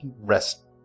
rest